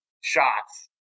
shots